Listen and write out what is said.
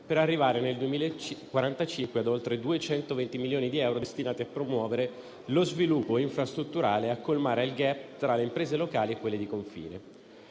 per arrivare, nel 2045, a oltre 220 milioni di euro, destinati a promuovere lo sviluppo infrastrutturale e a colmare il *gap* tra le imprese locali e quelle di confine.